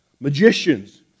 magicians